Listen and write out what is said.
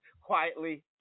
quietly